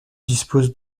dispose